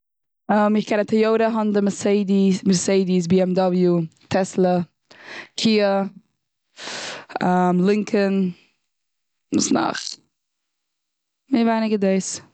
איך קען א טיאטע, האנדע, מערסעדיס, בי עם דובליו, טעסלע, קיע, לינקאלן. וואס נאך? מער ווייניגער דאס.